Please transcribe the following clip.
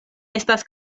estas